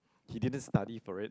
he didn't study for it